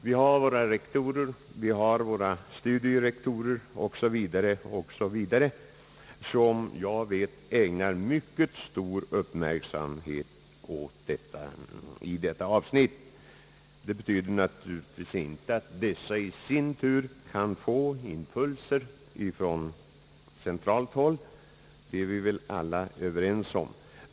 Vi har våra rektorer, vi har våra studierektorer 0. s. v., som jag vet ägnar stor uppmärksamhet åt detta avsnitt. Det utesluter naturligtvis inte, att dessa i sin tur kan få impulser från centralt håll — det är vi väl alla överens om.